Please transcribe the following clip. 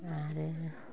आरो